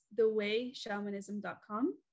thewayshamanism.com